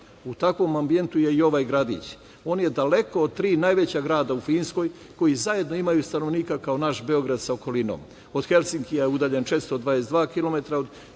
U takvom ambijentu je i ovaj gradić. On je daleko od tri najveća grada u Finskoj koji zajedno imaju stanovnika kao naš Beograd sa okolinom. Od Helsinkija je udaljen 422